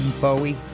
Bowie